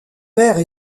père